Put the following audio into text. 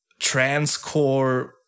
transcore